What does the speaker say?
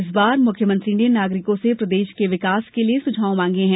इस बार मुख्यमंत्री ने नागरिकों से प्रदेश के विकास के लिये सुझाव मांगे हैं